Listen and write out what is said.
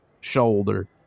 shoulder